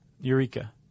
Eureka